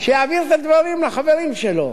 שיעביר את הדברים לחברים שלו.